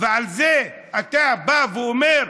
ועל זה אתה בא ואומר: